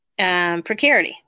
precarity